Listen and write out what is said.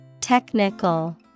Technical